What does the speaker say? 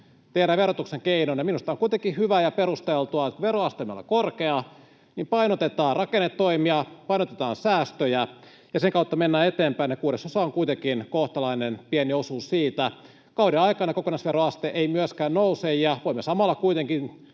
tehdään verotuksen keinoin. Ja minusta on kuitenkin hyvä ja perusteltua, että kun veroasteemme on korkea, niin painotetaan rakennetoimia, painotetaan säästöjä ja sen kautta mennään eteenpäin, ja kuudesosa on kuitenkin kohtalainen, pieni osuus siitä. Kauden aikana kokonaisveroaste ei myöskään nouse, ja voimme samalla kuitenkin